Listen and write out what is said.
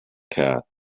cat